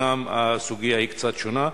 אומנם הסוגיה קצת שונה.